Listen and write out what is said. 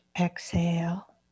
exhale